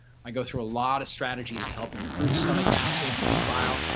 i go through a lot of strategies to help improve stomach acid prove bile.